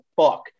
fuck